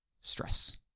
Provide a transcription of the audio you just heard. stress